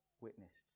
witnessed